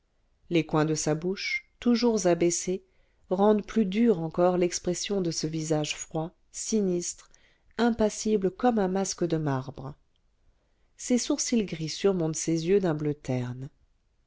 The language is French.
les coins de sa bouche toujours abaissés rendent plus dure encore l'expression de ce visage froid sinistre impassible comme un masque de marbre ses sourcils gris surmontent ses yeux